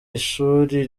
ishuri